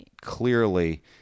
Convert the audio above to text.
clearly